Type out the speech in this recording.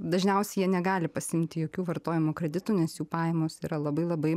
dažniausiai jie negali pasiimti jokių vartojimo kreditų nes jų pajamos yra labai labai